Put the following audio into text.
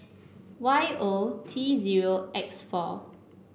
Y O T zero X four